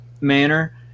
manner